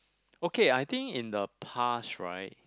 okay I think in the past right